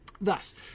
Thus